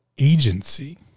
agency